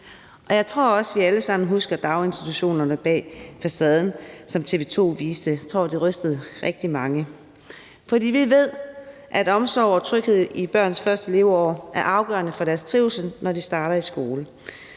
Jeg tror også, vi alle sammen husker »Daginstitutioner bag facaden«, som TV 2 viste. Jeg tror, det rystede rigtig mange. For vi ved, at omsorg og tryghed i børns første leveår er afgørende for deres trivsel, når de starter i skole,